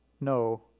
No